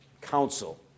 counsel